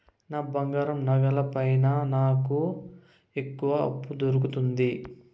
నా బంగారు నగల పైన నాకు ఎక్కడ అప్పు దొరుకుతుంది